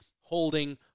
holding